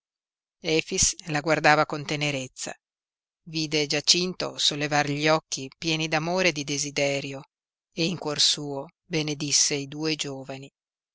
la guardava con tenerezza vide giacinto sollevar gli occhi pieni d'amore e di desiderio e in cuor suo benedisse i due giovani